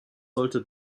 sollte